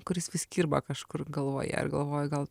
kuris vis kirba kažkur galvoje ir galvoju gal